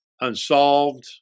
unsolved